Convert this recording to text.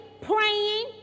praying